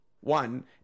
One